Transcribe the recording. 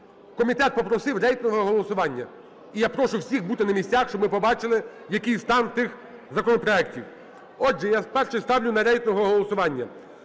Комітет попросив рейтингове голосування, і я прошу всіх бути на місцях, щоб ми побачили, який стан тих законопроектів. Отже, я перший ставлю на рейтингове голосування